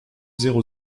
zéro